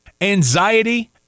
Anxiety